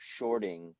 shorting